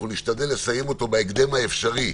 אנחנו נשתדל לסיים אותו בהקדם האפשרי.